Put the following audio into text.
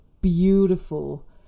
beautiful